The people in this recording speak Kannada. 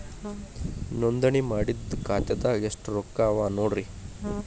ನೋಂದಣಿ ಮಾಡಿದ್ದ ಖಾತೆದಾಗ್ ಎಷ್ಟು ರೊಕ್ಕಾ ಅವ ನೋಡ್ರಿ